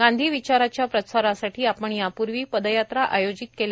गांधी विचाराच्या प्रसारासाठी आपण यापूर्वी पदयात्रा आयोजित केल्या